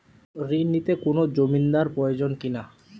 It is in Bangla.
ঋণ নিতে কোনো জমিন্দার প্রয়োজন কি না?